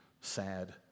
sad